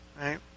Right